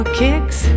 kicks